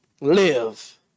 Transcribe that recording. live